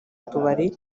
tubari